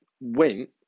went